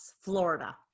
Florida